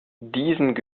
diesen